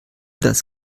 das